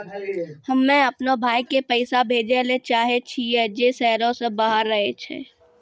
हम्मे अपनो भाय के पैसा भेजै ले चाहै छियै जे शहरो से बाहर रहै छै